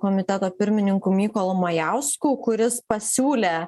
komiteto pirmininku mykolu majausku kuris pasiūlė